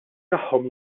tagħhom